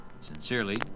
Sincerely